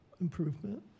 improvement